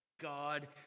God